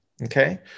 Okay